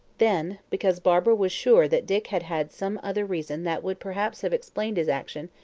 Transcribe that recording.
then, because barbara was sure that dick had had some other reason that would perhaps have explained his action,